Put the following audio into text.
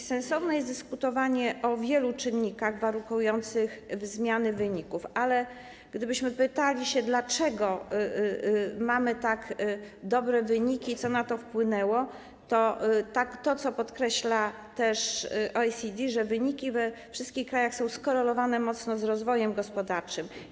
Sensowne jest dyskutowanie o wielu czynnikach warunkujących zmiany wyników, ale gdybyśmy pytali, dlaczego mamy tak dobre wyniki, co na to wpłynęło, to chodzi tu o to, co podkreśla też OECD, że wyniki we wszystkich krajach są skorelowane mocno z rozwojem gospodarczym.